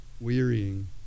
wearying